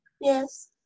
Yes